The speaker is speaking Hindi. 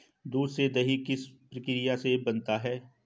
दूध से दही किस प्रक्रिया से बनता है?